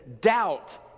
doubt